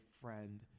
friend